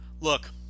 Look